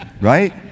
Right